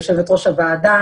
יושבת ראש הוועדה.